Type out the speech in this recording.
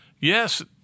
yes